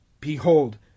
Behold